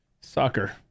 soccer